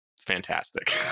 fantastic